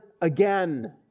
again